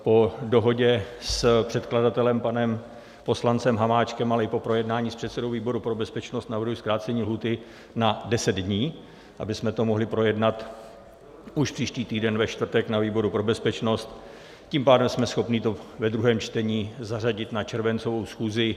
Po dohodě s předkladatelem panem poslancem Hamáčkem, ale i po projednání s předsedou výboru pro bezpečnost navrhuji zkrácení lhůty na 10 dní, abychom to mohli projednat už příští týden ve čtvrtek na výboru pro bezpečnost, tím pádem jsme schopni to ve druhém čtení zařadit na červencovou schůzi.